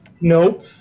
Nope